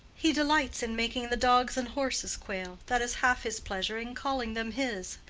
he delights in making the dogs and horses quail that is half his pleasure in calling them his,